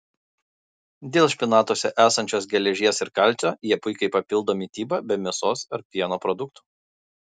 dėl špinatuose esančios geležies ir kalcio jie puikiai papildo mitybą be mėsos ar pieno produktų